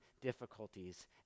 difficulties